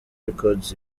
records